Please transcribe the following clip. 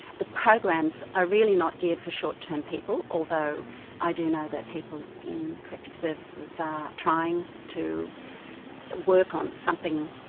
the programs are really not geared for short-term people, although i do know that people in corrective services are trying to work on something,